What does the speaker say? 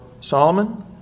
Solomon